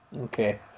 Okay